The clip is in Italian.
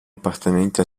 appartenenti